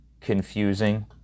confusing